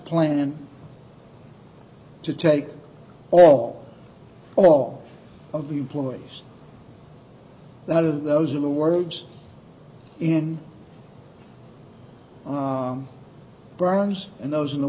plan to take all all of the employees that are those are the words in bronze and those in the